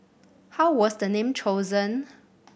how was the name chosen